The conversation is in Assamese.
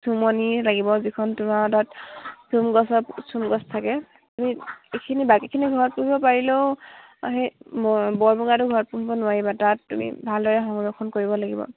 চুমনি লাগিব যিখন তোমাৰ তাত চুম গছত চুম গছ থাকে তুমি ইখিনি বাকীখিনি ঘৰত পুহিব পাৰিলেও সেই ব বৰ মূগাটো ঘৰত পুহিব নোৱাৰিবা তাক তুমি ভালদৰে সংৰক্ষণ কৰিব লাগিব